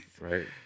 Right